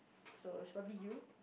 so it's probably you